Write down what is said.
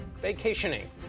vacationing